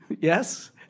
Yes